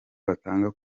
batanga